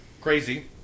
crazy